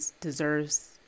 deserves